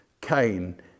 Cain